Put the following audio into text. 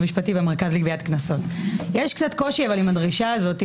יש קצת קושי עם הדרישה הזאת,